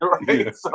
right